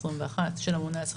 של הממונה על השכר,